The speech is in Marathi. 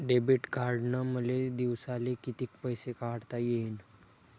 डेबिट कार्डनं मले दिवसाले कितीक पैसे काढता येईन?